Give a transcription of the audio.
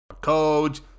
coach